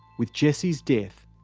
with jesse's death,